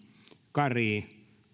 kari